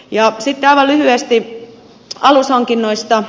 ja sitten aivan lyhyesti alushankinnoista